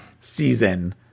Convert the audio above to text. season